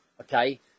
okay